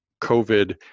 COVID